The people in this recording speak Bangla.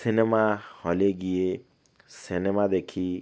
সিনেমা হলে গিয়ে সিনেমা দেখি